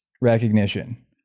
recognition